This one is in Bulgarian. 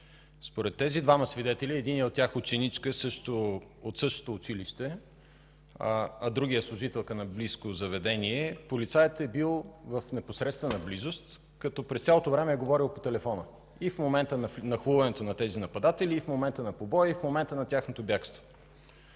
Според тези двама свидетели – единият от тях ученичка от същото училище, а другият служителка на близко заведение, полицаят е бил в непосредствена близост, като през цялото време е говорил по телефона – и в момента на нахлуването на тези нападатели, и в момента на побоя, и в момента на тяхното бягство.